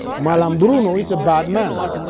malambruno is a bad man